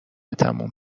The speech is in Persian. تموم